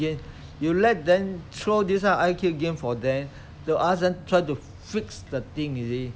games you let them throw this kind of I_Q game for them they will ask you fix the thing you see